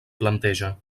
planteja